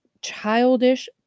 childish